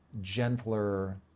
gentler